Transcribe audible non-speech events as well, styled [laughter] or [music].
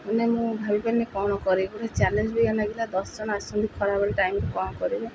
ମାନେ ମୁଁ ଭାବିପାରୁନି କ'ଣ କରିବାକୁ ପଡ଼ିବ ଚ୍ୟାଲେଞ୍ଜ [unintelligible] ଦଶ ଜଣ ଆସୁଛନ୍ତି ଖରାବେଳ ଟାଇମ୍ କ'ଣ କରିବି